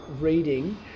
reading